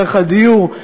דרך הדיור,